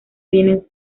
vienen